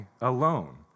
alone